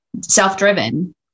self-driven